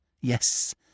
Yes